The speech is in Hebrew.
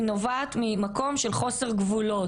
היא נובעת ממקום של חוסר גבולות.